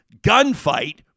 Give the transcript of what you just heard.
gunfight